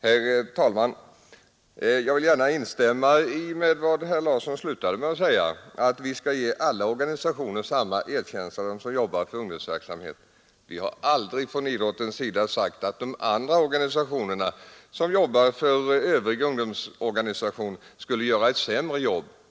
Herr talman! Jag vill gärna instämma i vad herr Larsson i Vänersborg sist sade, nämligen att vi skall visa samma erkänsla åt alla organisationer som arbetar med ungdomsverksamhet. Vi har aldrig från idrottsrörelsen sagt att de organisationer som arbetar med annan ungdomsverksamhet skulle göra ett sämre jobb.